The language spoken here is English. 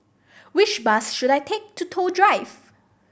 which bus should I take to Toh Drive